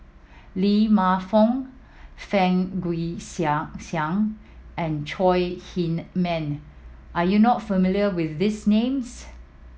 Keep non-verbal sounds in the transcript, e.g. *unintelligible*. Lee Man Fong Fang Guixiang *unintelligible* and Chong Heman are you not familiar with these names